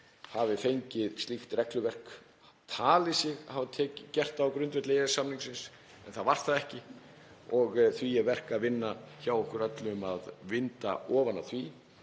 hafi fengið slíkt regluverk, talið sig hafa gert það á grundvelli EES-samningsins en það var það ekki og því er verk að vinna hjá okkur öllum að vinda ofan af því.